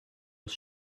was